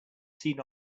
seen